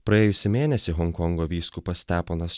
praėjusį mėnesį honkongo vyskupas steponas